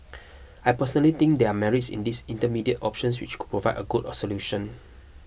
I personally think there are merits in these intermediate options which could provide a good a solution